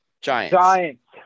Giants